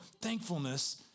thankfulness